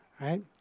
right